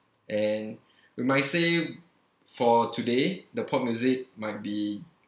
and we might say for today the pop music might be